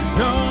no